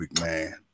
man